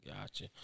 Gotcha